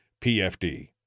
PFD